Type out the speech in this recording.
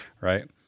right